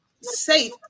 safe